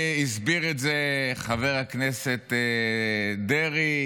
הסבירו את זה חברי הכנסת דרעי,